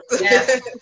Yes